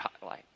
highlight